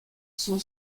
son